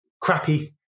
crappy